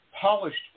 polished